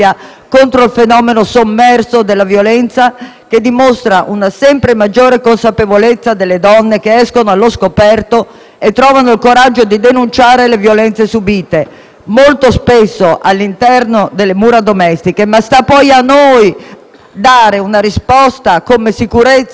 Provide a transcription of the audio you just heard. che dimostra una sempre maggiore consapevolezza delle donne che escono allo scoperto e trovano il coraggio di denunciare le violenze subite, che molto spesso avvengono all'interno delle mura domestiche. Sta poi a noi, però, dare una risposta in termini di sicurezza e protezione al loro coraggio.